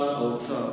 ששר האוצר